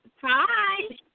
Hi